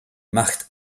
macht